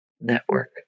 network